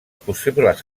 possibles